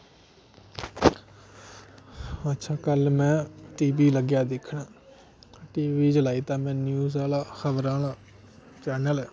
अच्छा कल में टी वी लग्गेआ दिक्खन टी वी जिसलै लाई दित्ता मिगी में न्यूज़ आह्ला खबर आह्ला चैनल